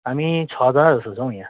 हामी छजना जस्तो छौ यहाँ